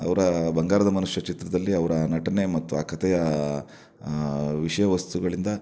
ಅವರ ಬಂಗಾರದ ಮನುಷ್ಯ ಚಿತ್ರದಲ್ಲಿ ಅವರ ನಟನೆ ಮತ್ತು ಆ ಕಥೆಯ ವಿಷಯ ವಸ್ತುಗಳಿಂದ